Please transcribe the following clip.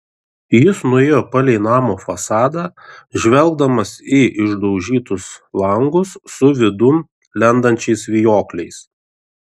jis nuėjo palei namo fasadą žvelgdamas į išdaužytus langus su vidun lendančiais vijokliais